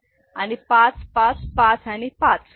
येथे 5 5 5 आणि 5